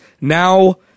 now